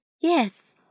Yes